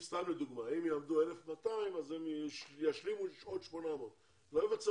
אם סתם לדוגמא יעמדו 1,200 אז הם ישלימו עוד 800. לא ייווצר